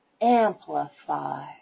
amplify